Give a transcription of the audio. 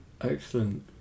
excellent